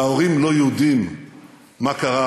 וההורים לא יודעים מה קרה,